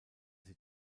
sie